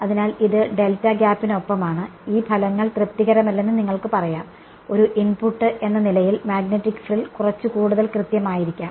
അതിനാൽ ഇത് ഡെൽറ്റ ഗ്യാപ്പിനൊപ്പമാണ് ഈ ഫലങ്ങൾ തൃപ്തികരമല്ലെന്ന് നിങ്ങൾക്ക് പറയാം ഒരു ഇൻപുട്ട് എന്ന നിലയിൽ മാഗ്നെറ്റിക് ഫ്രിൽ കുറച്ച് കൂടുതൽ കൃത്യമായിരിക്കാം